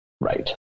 right